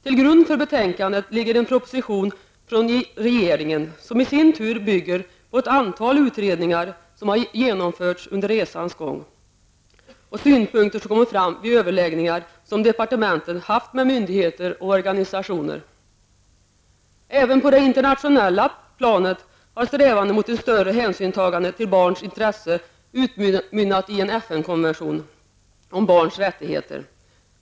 Till grund för betänkandet ligger en proposition från regeringen som i sin tur bygger på ett antal utredningar som har genomförts under resans gång, och på synpunkter som kommit fram vid överläggningar som departementet haft med myndigheter och organisationer. På det internationella planet har strävanden mot ett större hänsynstagande till barnens intresse utmynnat i en FN-konvention om barns rättigheter.